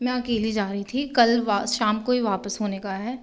मैं अकेली जा रही थी कल शाम काे ही वापस होने का है